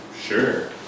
Sure